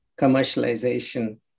commercialization